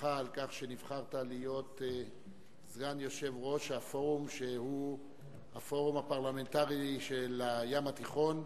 ברכה על כך שנבחרת להיות סגן יושב-ראש הפורום הפרלמנטרי של הים התיכון,